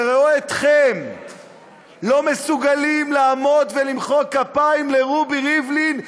ורואה אתכם לא מסוגלים לעמוד ולמחוא כפיים לרובי ריבלין,